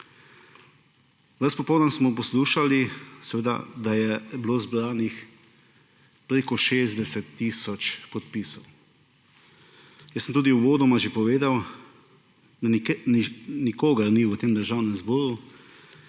popoldan smo poslušali, seveda, da je bilo zbranih preko 60 tisoč podpisov. Jaz sem tudi uvodoma že povedal, da nikogar ni v tem državnem zboru